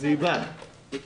הדיון בצו